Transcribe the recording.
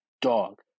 dog